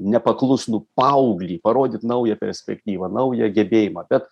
nepaklusnų paauglį parodyt naują perspektyvą naują gebėjimą be